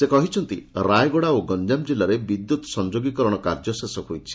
ସେ କହିଛନ୍ତି ରାୟଗଡ଼ା ଓ ଗଞ୍ଞାମ ଜିଲ୍ଲାରେ ବିଦ୍ୟୁତ୍ ସଂଯୋଗୀକରଣ କାର୍ଯ୍ୟ ଶେଷ ହୋଇଛି